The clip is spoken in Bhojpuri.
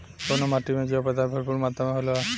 कउना माटी मे जैव पदार्थ भरपूर मात्रा में होला?